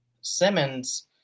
Simmons